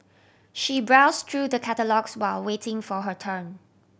she browse through the catalogues while waiting for her turn